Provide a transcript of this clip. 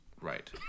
Right